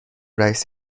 رئیس